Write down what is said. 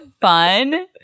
fun